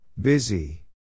Busy